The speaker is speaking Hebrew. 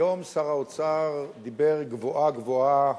היום שר האוצר דיבר גבוהה-גבוהה